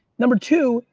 number two,